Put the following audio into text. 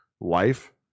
life